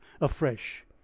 afresh